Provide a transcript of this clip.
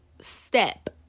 step